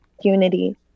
unity